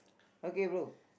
okay bro